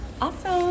Awesome